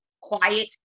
quiet